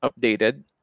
updated